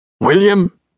William